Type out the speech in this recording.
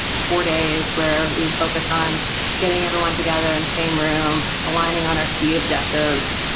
it's four days, where we focus on getting everyone together in the same room, aligning on our key objectives,